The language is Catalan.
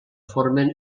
formen